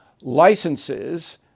licenses